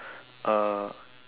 uh